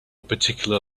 particular